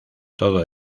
todo